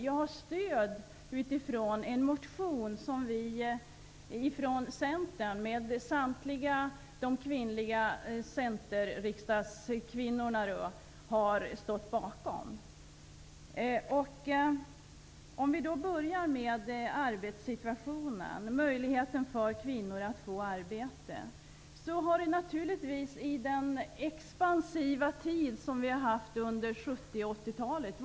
Jag har stöd av en motion som samtliga centerriksdagskvinnor har stått bakom. Vi börjar med arbetssituationen. Möjligheten för kvinnor att få arbete har naturligtvis varit ganska stor i den expansiva tid som vi har haft under 70 och 80-talen.